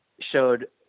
showed